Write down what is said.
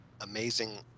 amazing